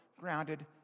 grounded